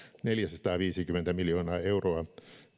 neljäsataaviisikymmentä miljoonaa euroa